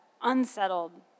unsettled